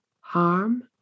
harm